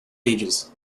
ages